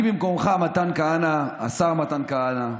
אני במקומך, השר מתן כהנא,